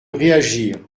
réagir